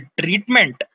treatment